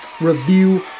Review